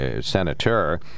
senator